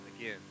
again